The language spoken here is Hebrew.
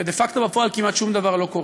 ודה פקטו, ובפועל, כמעט שום דבר לא קורה.